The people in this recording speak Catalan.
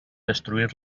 destruir